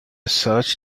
search